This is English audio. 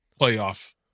playoff